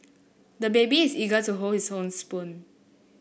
the baby is eager to hold his own spoon